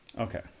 Okay